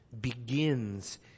begins